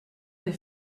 des